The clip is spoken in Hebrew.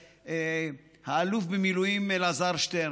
האלוף במילואים אלעזר שטרן.